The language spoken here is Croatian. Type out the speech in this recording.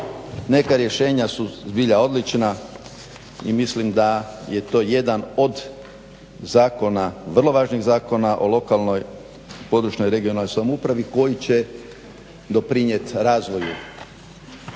neka rješenja su zbilja odlična i mislim da je to jedan od zakona vrlo važnih zakona o lokalnoj i područnoj (regionalnoj) samoupravi koji će doprinijet razvoju